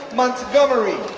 montgomery,